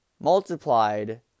multiplied